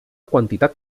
quantitat